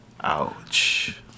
Ouch